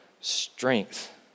Strength